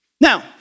Now